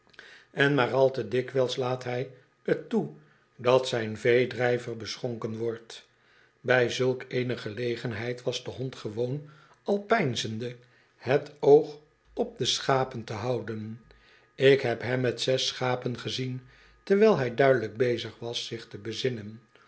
en maar al te dikwijls laat hij t toe dat zijn veedrijver beschonken wordt bij zulk eene gelegenheid was de hond gewoon al peinzende het oog op de schapen te houden ik heb hem met zes schapen gezien terwijl hy duidelijk bezig was zich te bezinnen